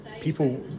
people